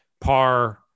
par-